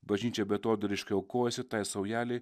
bažnyčia beatodairiškai aukojasi tai saujelei